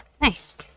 nice